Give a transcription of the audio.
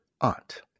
aunt